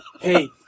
Hey